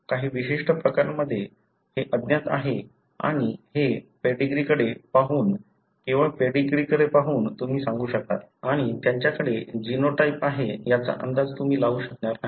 काही विशिष्ट प्रकरणांमध्ये हे अज्ञात आहे आणि हे पेडीग्रीकडे पाहून केवळ पेडीग्रीकडे पाहून तुम्ही सांगू शकाल आणि त्यांच्याकडे जीनोटाइप आहे याचा अंदाज तुम्ही लावू शकणार नाही